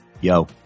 yo